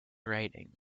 writing